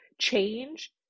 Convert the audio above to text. change